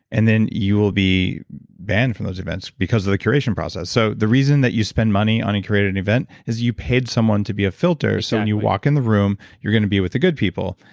and then you will be banned from those events because of the curation process so the reason that you spend money on a curated and event is you paid someone to be a filter exactly so when you walk in the room, you're going to be with the good people.